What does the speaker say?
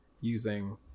using